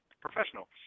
professional